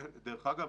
דרך אגב,